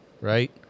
right